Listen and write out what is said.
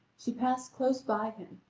she passed close by him,